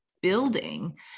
building